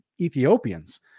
Ethiopians